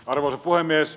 arvoisa puhemies